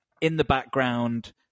in-the-background